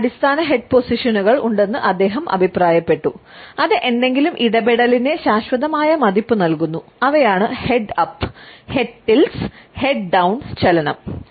മൂന്ന് അടിസ്ഥാന ഹെഡ് പൊസിഷനുകൾ ചലനം